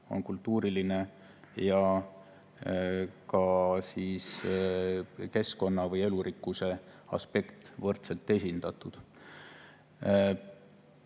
kultuuriline ja ka keskkonna või elurikkuse aspekt on võrdselt esindatud. Ma